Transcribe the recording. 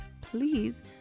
please